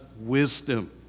wisdom